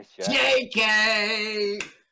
jk